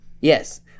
Yes